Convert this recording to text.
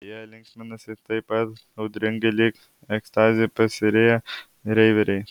jie linksminasi taip pat audringai lyg ekstazi prisiriję reiveriai